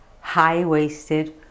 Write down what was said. high-waisted